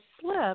slip